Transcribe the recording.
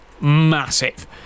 massive